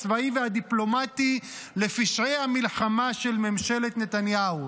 הצבאי והדיפלומטי לפשעי המלחמה של ממשלת נתניהו.